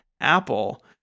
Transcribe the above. Apple